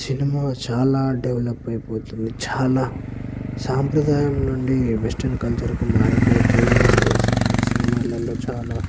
cinema చాలా develop అయిపోతోంది చాలా సాంప్రదాయం నుండి వెస్టర్న్ కల్చర్కు మారిపోతూ ఉంది సినిమాలలో చాలా